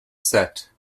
set